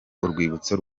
urwibutso